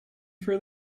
for